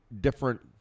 different